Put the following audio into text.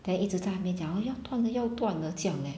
then 一直在那边讲要断了要断了这样 eh